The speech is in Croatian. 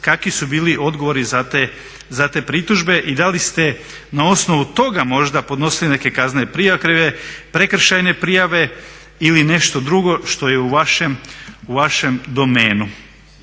kakvi su bili odgovori za te pritužbe i da li ste na osnovu toga možda podnosili neke kaznene prijave, prekršajne prijave ili nešto drugo što je u vašem domenu?